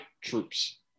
troops